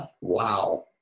Wow